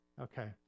Okay